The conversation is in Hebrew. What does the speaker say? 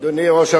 התש"ע